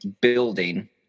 building